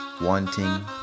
Wanting